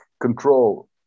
control